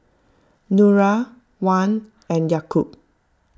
Nura Wan and Yaakob